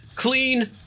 clean